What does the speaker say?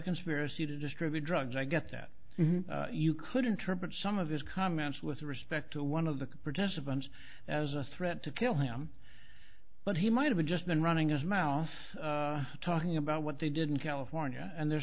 conspiracy to distribute drugs i get that you could interpret some of his comments with respect to one of the protest events as a threat to kill him but he might have just been running his mouth talking about what they didn't california and the